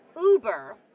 Uber